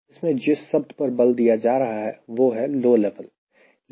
इसमें जिस शब्द पर बल दिया जा रहा है वह है low level